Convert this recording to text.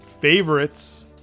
favorites